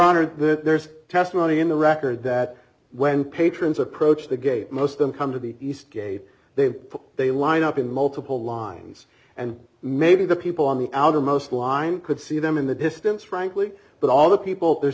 honour's there's testimony in the record that when patrons approach the gate most them come to the east gate they they line up in multiple lines and maybe the people on the outermost line could see them in the distance frankly but all the people there